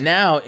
Now